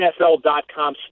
NFL.com